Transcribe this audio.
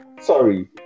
Sorry